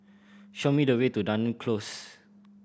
show me the way to Dunearn Close